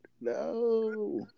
no